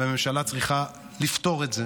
והממשלה צריכה לפתור את זה.